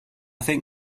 think